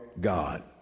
God